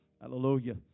hallelujah